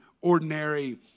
ordinary